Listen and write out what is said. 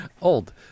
old